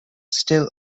still